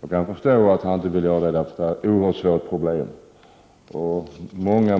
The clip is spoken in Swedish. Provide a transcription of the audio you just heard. Jag kan förstå att han inte vill göra det, eftersom det är ett oerhört svårt problem.